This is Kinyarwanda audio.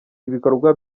ibikorwa